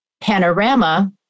Panorama